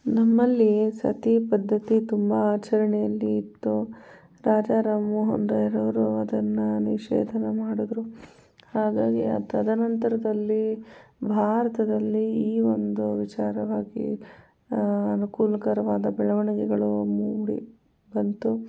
ನಮ್ಮಲ್ಲಿ ಸತಿ ಪದ್ಧತಿ ತುಂಬ ಆಚರಣೆಯಲ್ಲಿ ಇತ್ತು ರಾಜಾ ರಾಮ್ ಮೋಹನ್ ರಾಯರವರು ಅದನ್ನು ನಿಷೇಧ ಮಾಡಿದರು ಹಾಗಾಗಿ ಆ ತದನಂತರದಲ್ಲಿ ಭಾರತದಲ್ಲಿ ಈ ಒಂದು ವಿಚಾರವಾಗಿ ಅನುಕೂಲಕರವಾದ ಬೆಳವಣಿಗೆಗಳು ಮೂಡಿ ಬಂತು